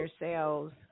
yourselves